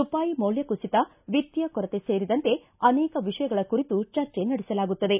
ರೂಪಾಯಿ ಮೌಲ್ತ ಕುಸಿತ ವಿತ್ತಿಯ ಕೊರತೆ ಸೇರಿದಂತೆ ಅನೇಕ ವಿಷಯಗಳ ಕುರಿತು ಚರ್ಚೆ ನಡೆಸಲಾಗುತ್ತದೆ